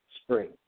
spring